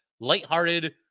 lighthearted